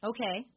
Okay